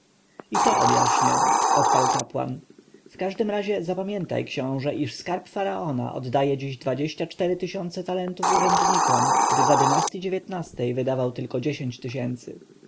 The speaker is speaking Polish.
i to objaśnię odparł kapłan w każdym razie zapamiętaj książę iż skarb faraona oddaje dziś dwadzieścia cztery tysiące talentów urzędnikom gdy za dnak ej wydawał tylko dziesięć tysięcy